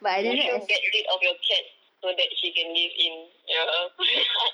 would you get rid of your cats so that she can live in your house